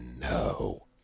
no